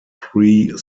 three